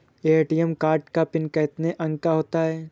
ATM card का PIN कितने अंकों का होता है?